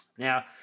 Now